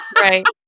Right